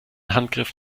handgriff